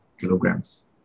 kilograms